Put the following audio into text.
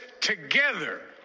together